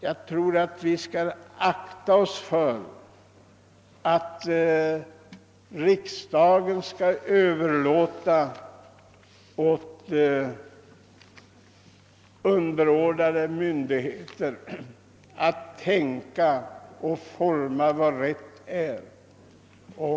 Jag menar därför att riksdagen bör akta sig för att överlåta åt underordnade myndigheter att bestämma och utforma vad rätt är.